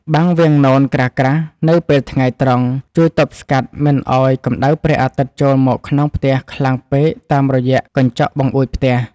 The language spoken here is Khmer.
បាំងវាំងននក្រាស់ៗនៅពេលថ្ងៃត្រង់ជួយទប់ស្កាត់មិនឱ្យកម្តៅព្រះអាទិត្យចូលមកក្នុងផ្ទះខ្លាំងពេកតាមរយៈកញ្ចក់បង្អួចផ្ទះ។